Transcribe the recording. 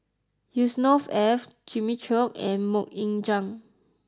Yusnor Ef Jimmy Chok and Mok Ying Jang